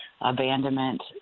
abandonment